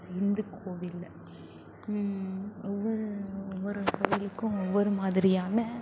இந்து கோவிலில் ஒவ்வொரு ஒவ்வொரு கோவிலுக்கும் ஒவ்வொரு மாதிரியான